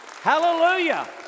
hallelujah